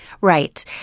Right